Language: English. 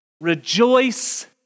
Rejoice